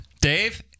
Dave